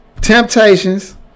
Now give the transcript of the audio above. Temptations